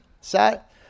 Set